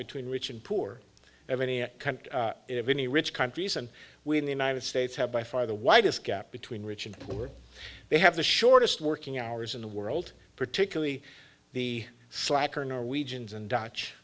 between rich and poor of any kind of any rich countries and we in the united states have by far the widest gap between rich and poor they have the shortest working hours in the world particularly the slacker norwegians and dattch